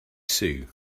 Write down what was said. sue